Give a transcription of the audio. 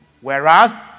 Whereas